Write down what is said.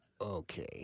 Okay